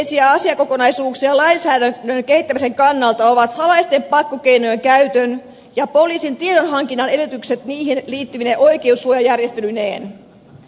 keskeisiä asiakokonaisuuksia lainsäädännön kehittämisen kannalta ovat salaisten pakkokeinojen käytön ja poliisin tiedonhankinnan edellytykset niihin liittyvine oikeussuojajärjestelyineen